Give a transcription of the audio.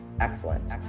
excellent